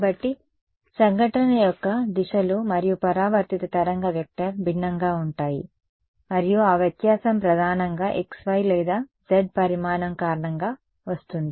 కాబట్టి సంఘటన యొక్క దిశలు మరియు పరావర్తిత తరంగ వెక్టర్ భిన్నంగా ఉంటాయి మరియు ఆ వ్యత్యాసం ప్రధానంగా x y లేదా z పరిమాణం కారణంగా వస్తుంది